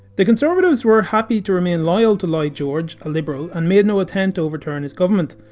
the conservatives were happy to remain loyal to lloyd george, a liberal, and made no attempt to overturn his government.